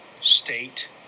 state